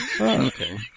Okay